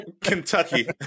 kentucky